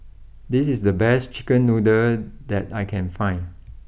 this is the best Chicken Noodle that I can find